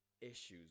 issues